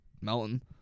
Melton